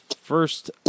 First